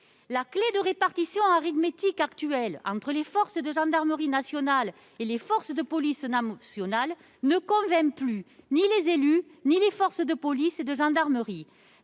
La clé de répartition arithmétique actuelle entre les forces de gendarmerie nationale et les forces de police nationale ne convainc plus ni les élus ni les forces de police et de gendarmerie.